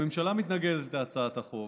הממשלה מתנגדת להצעת החוק,